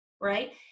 right